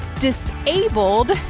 disabled